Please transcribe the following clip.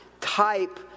type